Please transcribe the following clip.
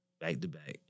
back-to-back